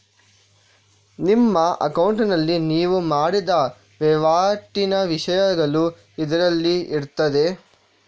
ನಿಮ್ಮ ಅಕೌಂಟಿನಲ್ಲಿ ನೀವು ಮಾಡಿದ ವೈವಾಟಿನ ವಿಷಯಗಳು ಇದ್ರಲ್ಲಿ ಇರ್ತದೆ